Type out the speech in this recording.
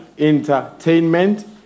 Entertainment